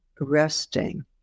resting